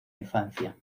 infancia